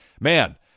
man